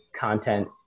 content